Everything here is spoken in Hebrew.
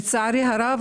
לצערי הרב,